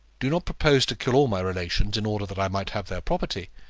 do not propose to kill all my relations in order that i might have their property.